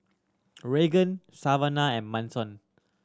Raegan Savana and Manson